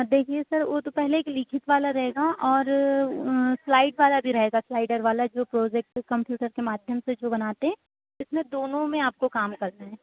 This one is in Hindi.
देखिए सर वह तो पहले एक लिखित वाला रहेगा और स्लाइड वाला भी रहेगा स्लाइडर वाला जो प्रोजेक्ट कंप्यूटर के माध्यम से जो बनाते हैं इसमें दोनों में आपको काम करना है